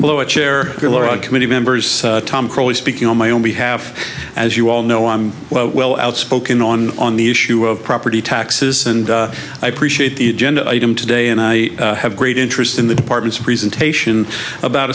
blow a chair committee members speaking on my own behalf as you all know i'm well outspoken on the issue of property taxes and i appreciate the agenda item today and i have great interest in the department's presentation about